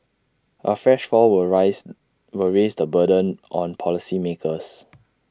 A fresh fall will rise will raise the burden on policymakers